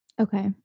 Okay